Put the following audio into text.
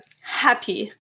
Happy